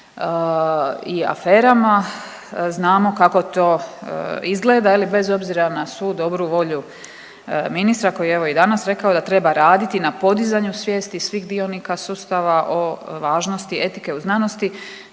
i aferama znamo kako to izgleda je li bez obzira na svu dobru volju ministra koji je evo i danas rekao da treba raditi na podizanju svijesti svih dionika sustava o važnosti etike u znanosti,